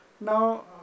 Now